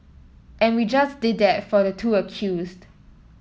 and we just did that for the two accused